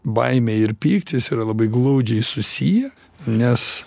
baimė ir pyktis yra labai glaudžiai susiję nes